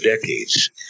decades